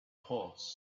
horse